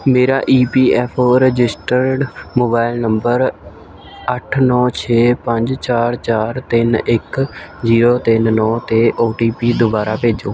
ਮੇਰਾ E P F O registered mobile number ਅੱਠ ਨੌ ਛੇ ਪੰਜ ਚਾਰ ਚਾਰ ਤਿੰਨ ਇੱਕ ਜ਼ੀਰੋ ਤਿੰਨ ਨੌ 'ਤੇ ਓ ਟੀ ਪੀ ਦੁਬਾਰਾ ਭੇਜੋ